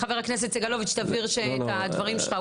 חבר הכנסת סגלוביץ' תבהיר את הדברים שלך,